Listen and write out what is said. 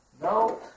no